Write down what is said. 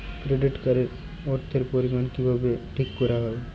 Credit card এর অর্থের পরিমান কিভাবে ঠিক করা হয়?